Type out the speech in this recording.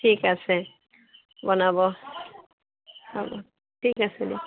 ঠিক আছে বনাব হ'ব ঠিক আছে দিয়ক